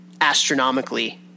astronomically